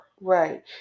Right